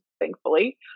thankfully